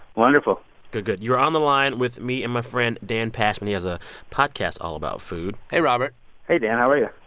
wonderful good. good. you're on the line with me and my friend dan pashman. he has a podcast all about food hey, robert hey, dan. how are you?